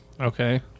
Okay